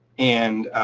and